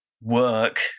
work